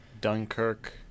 dunkirk